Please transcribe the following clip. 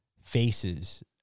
faces